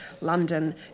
London